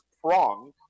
prong